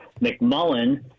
McMullen